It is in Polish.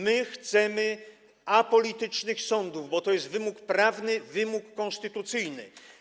My chcemy apolitycznych sądów, bo to jest wymóg prawny, wymóg konstytucyjny.